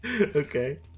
Okay